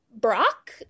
Brock